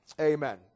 Amen